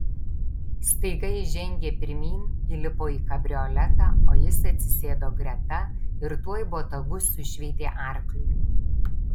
staiga ji žengė pirmyn įlipo į kabrioletą o jis atsisėdo greta ir tuoj botagu sušveitė arkliui